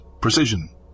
precision